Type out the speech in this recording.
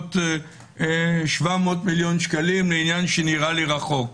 להקצות 700 מיליון שקלים לעניין שנראה לי רחוק.